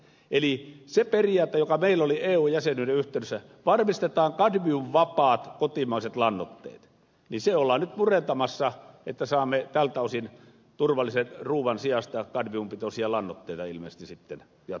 eli se periaate joka meillä oli eu jäsenyyden yhteydessä että varmistetaan kadmiumvapaat kotimaiset lannoitteet ollaan nyt murentamassa niin että saamme tältä osin turvallisen ruuan sijasta kadmiumpitoisia lannoitteita ilmeisesti sitten jatkossa käyttää